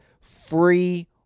free